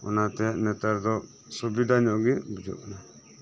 ᱚᱱᱟᱛᱮ ᱱᱮᱛᱟᱨ ᱫᱚ ᱥᱩᱵᱤᱫᱷᱟ ᱧᱚᱜ ᱜᱮ ᱵᱩᱡᱷᱟᱹᱜ ᱠᱟᱱᱟ